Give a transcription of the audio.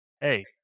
hey